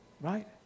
right